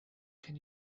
can